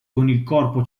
corpo